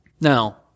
Now